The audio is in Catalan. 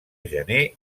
gener